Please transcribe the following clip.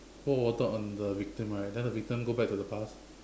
pour water on the victim right then the victim go back to the past